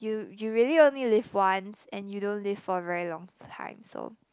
you you really only live once and you don't live for a very long time so